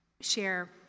share